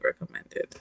recommended